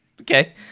Okay